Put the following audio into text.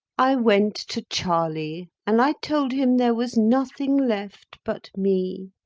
i went to charley, and i told him there was nothing left but me,